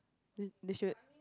they they should